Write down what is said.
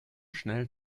schnell